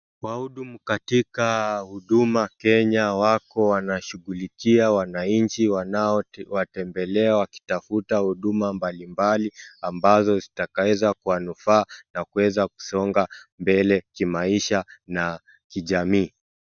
Wahuduma katika huduma Kenya wako wanashugulikia wanainchi wanaowatembelea wakitafuta huduma mbalimbali ambazo zitakaweza wanufaa na kuweza kusonga mbele kimaisha na kijamii.